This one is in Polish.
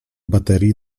baterii